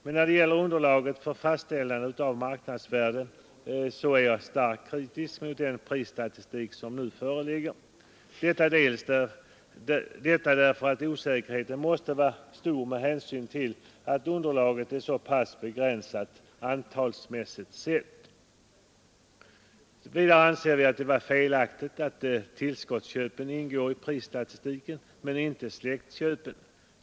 Men när det gäller underlaget för fastställande av marknadsvärdet är jag starkt kritisk mot den prisstatistik som nu föreligger — detta därför att osäkerheten måste vara stor med hänsyn till att underlaget är så pass Vidare anser vi det vara felaktigt att tillskottsköpen ingår i prisstatistiken men inte släktköpen.